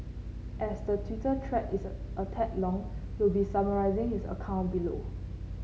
as the Twitter thread is a tad long we'll be summarising his account below